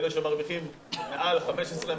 אלה שמרוויחים מעל 15,000,